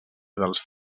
dels